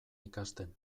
ikasten